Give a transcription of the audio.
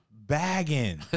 bagging